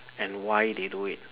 and why they do it